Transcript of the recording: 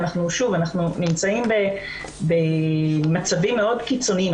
אנחנו נמצאים במצבים מאוד קיצוניים,